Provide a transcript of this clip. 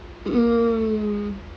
mm